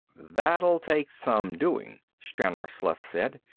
that'll take some doing, stranor sleth said.